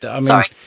Sorry